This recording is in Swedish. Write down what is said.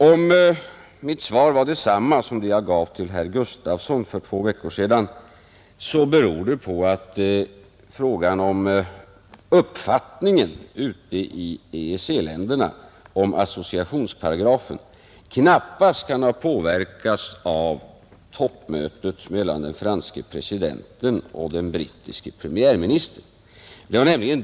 Om mitt svar var detsamma som det jag gav till herr Gustafson i Göteborg för två veckor sedan, beror det på att uppfattningen ute i EEC-länderna om associationsparagrafen knappast kan ha påverkats av toppmötet mellan den franske presidenten och den brittiske premiärministern.